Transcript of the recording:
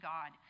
God